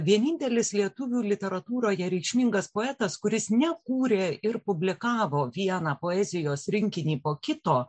vienintelis lietuvių literatūroje reikšmingas poetas kuris nekūrė ir publikavo vieną poezijos rinkinį po kito